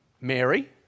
Mary